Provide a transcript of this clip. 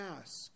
ask